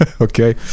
Okay